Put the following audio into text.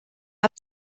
habt